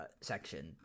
section